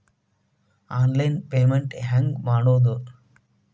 Online payment ಹೆಂಗ್ ಮಾಡೋದು?